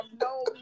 no